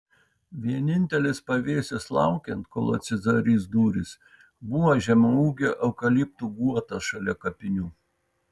vienintelis pavėsis laukiant kol atsidarys durys buvo žemaūgių eukaliptų guotas šalia kapinių